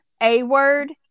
A-word